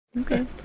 Okay